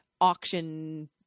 auction